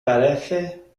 parece